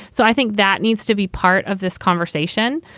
so i think that needs to be part of this conversation.